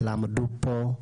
למדו פה,